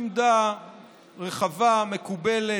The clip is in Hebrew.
היא עמדה רחבה, מקובלת,